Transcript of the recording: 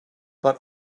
but